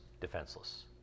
defenseless